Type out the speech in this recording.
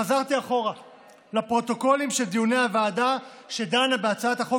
חזרתי אחורה לפרוטוקולים של דיוני הוועדה שדנה בהצעת החוק